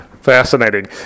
Fascinating